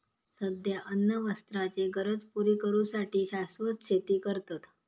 सध्या अन्न वस्त्राचे गरज पुरी करू साठी शाश्वत शेती करतत